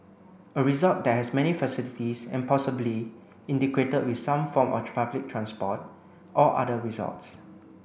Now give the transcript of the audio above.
a resort that has many facilities and possibly integrated with some form of public transport or other resorts